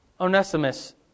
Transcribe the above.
Onesimus